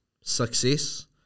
success